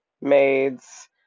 maids